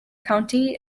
county